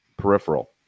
peripheral